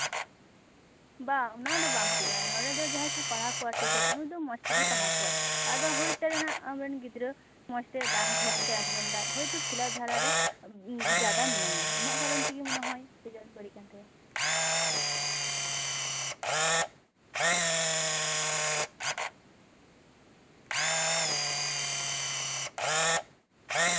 ᱵᱟᱝ ᱚᱱᱟ ᱫᱚ ᱵᱟᱝ ᱦᱩᱭᱩᱜᱼᱟ ᱱᱚᱸᱰᱮ ᱫᱚ ᱡᱟᱦᱟᱸᱭ ᱠᱚ ᱯᱟᱲᱦᱟᱣ ᱠᱚᱣᱟ ᱴᱤᱪᱟᱨ ᱩᱱᱤ ᱫᱚ ᱢᱚᱡᱽ ᱛᱮᱜᱮᱭ ᱯᱟᱲᱦᱟᱣ ᱠᱚᱣᱟ ᱟᱫᱚ ᱦᱩᱭ ᱫᱟᱲᱮᱭᱟᱜᱼᱟ ᱟᱢᱨᱮᱱ ᱜᱤᱫᱽᱨᱟᱹ ᱢᱚᱡᱽᱛᱮ ᱵᱟᱝ ᱫᱷᱮᱭᱟᱱᱛᱮ ᱟᱸᱡᱚᱢᱫᱟᱭ ᱦᱳᱭᱛᱳ ᱠᱷᱮᱞᱟᱫᱷᱩᱞᱟ ᱨᱮ ᱡᱟᱫᱟ ᱢᱮᱱᱟᱭᱟ ᱚᱱᱟ ᱠᱟᱨᱚᱱ ᱛᱮᱜᱮ ᱢᱚᱱᱮ ᱦᱚᱭ ᱨᱮᱡᱟᱞ ᱵᱟᱹᱲᱤᱡ ᱠᱟᱱ ᱛᱟᱭᱟ